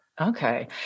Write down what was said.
Okay